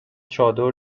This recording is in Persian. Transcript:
چادر